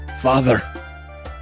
father